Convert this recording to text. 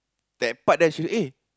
that part that she eh